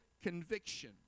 conviction